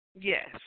Yes